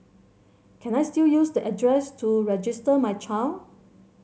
can I still use the address to register my child